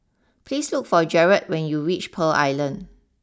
please look for Jarrett when you reach Pearl Island